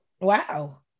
Wow